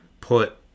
put